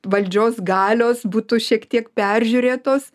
valdžios galios būtų šiek tiek peržiūrėtos